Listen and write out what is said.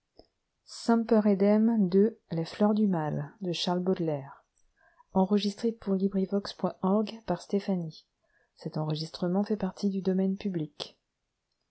et vo lontaire les fleurs du mal ne